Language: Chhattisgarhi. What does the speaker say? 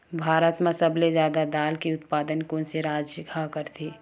भारत मा सबले जादा दाल के उत्पादन कोन से राज्य हा करथे?